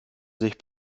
sich